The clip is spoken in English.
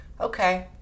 Okay